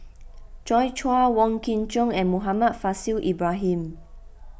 Joi Chua Wong Kin Jong and Muhammad Faishal Ibrahim